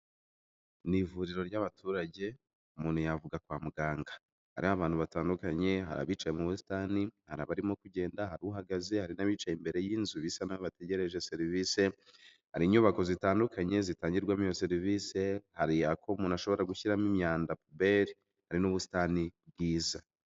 Ni ivuriro ry'abaturage, umuntu yavuga kwa muganga. Hariho abantu batandukanye hari abicaye mu busitani, hari abarimo kugenda, hari uhagaze hari n'abicyaye imbere y'inzu bisa naho bategereje serivise, hari inyubako zitandukanye zitangirwamo iyo serivise, hari ako umuntu ashobora gushyiramo imyanda puberi, hari n'ubusitani bwiza.